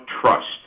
trust